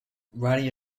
writing